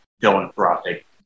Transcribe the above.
philanthropic